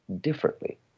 differently